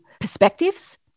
perspectives